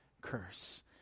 curse